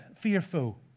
fearful